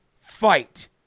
fight